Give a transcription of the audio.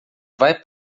vai